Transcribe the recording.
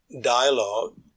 dialogue